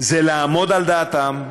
זה לעמוד על דעתם,